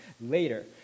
later